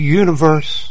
universe